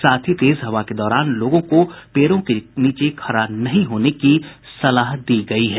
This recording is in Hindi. साथ ही तेज हवा के दौरान लोगों को पेड़ों के नीचे खड़ा नहीं होने की सलाह दी गयी है